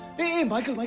hey michael,